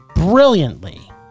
brilliantly